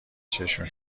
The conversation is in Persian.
چششون